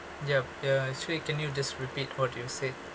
yup uh actually can you just repeat what you've said